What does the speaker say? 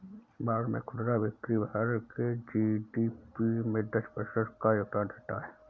भारत में खुदरा बिक्री भारत के जी.डी.पी में दस प्रतिशत का योगदान देता है